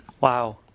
Wow